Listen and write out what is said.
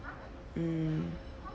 mm